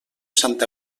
santa